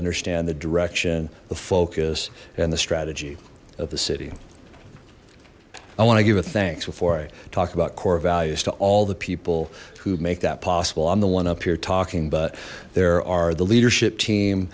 understand the direction the focus and the strategy of the city i want to give a thanks before i talk about core values to all the people who make that possible i'm the one up here talking but there are the leadership team